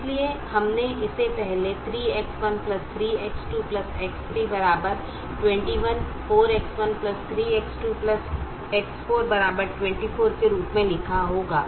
इसलिए हमने इसे पहले 3X1 3X2 X3 21 4X1 3X2 X4 24 के रूप में लिखा होगा